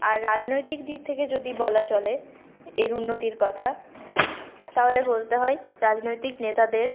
আর রাজনৈতিক দিক থেকে যদি বলা চলে এর উন্নতির কথা তাহলে বলতে হয় রাজনৈতিক নেতাদের